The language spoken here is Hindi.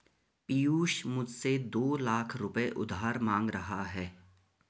पियूष मुझसे दो लाख रुपए उधार मांग रहा है